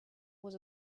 was